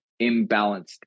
imbalanced